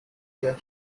there